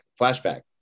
Flashback